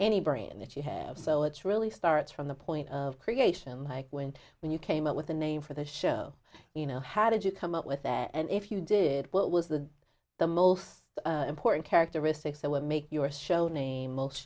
any brain that you have so it really starts from the point of creation like when when you came up with a name for the show you know how did you come up with that and if you did what was the the most important characteristics that will make your show name most